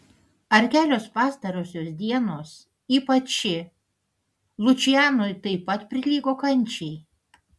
ar kelios pastarosios dienos ypač ši lučianui taip pat prilygo kančiai